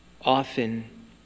often